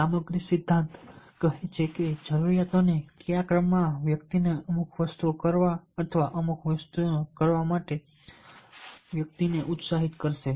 સામગ્રી સિદ્ધાંત બોલે છે કે જરૂરિયાતો ને કયા ક્રમમાં વ્યક્તિને અમુક વસ્તુઓ કરવા અથવા અમુક વસ્તુઓ કરવા માટે વ્યક્તિને ઉત્સાહિત કરશે